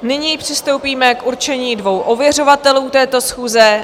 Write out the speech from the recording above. Nyní přistoupíme k určení dvou ověřovatelů této schůze.